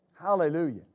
Hallelujah